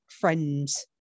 friend's